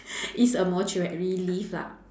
it's a mortuary lift lah